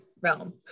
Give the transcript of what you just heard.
realm